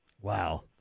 Wow